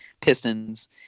Pistons